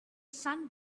sun